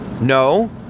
No